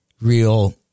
real